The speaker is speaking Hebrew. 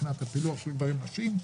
מבחינת הפילוח של גברים-נשים.